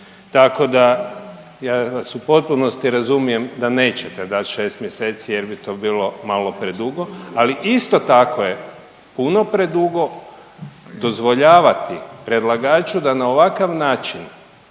Tako da ja vas u potpunosti razumijem da nećete dat šest mjeseci jer bi to bilo malo predugo, ali isto tako je puno predugo dozvoljavati predlagaču da na ovakav način